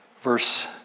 Verse